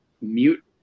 mute